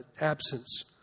absence